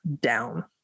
down